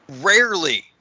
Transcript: rarely